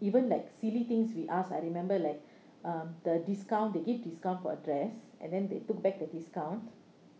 even like silly things we ask I remember like uh the discount they give discount for address and then they took back the discount